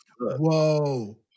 whoa